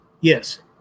Yes